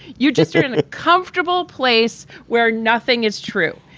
you're just you're in a comfortable place where nothing is true.